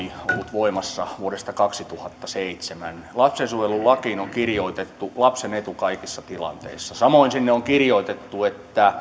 voimassa vuodesta kaksituhattaseitsemän lastensuojelulakiin on kirjoitettu lapsen etu kaikissa tilanteissa samoin sinne on kirjoitettu että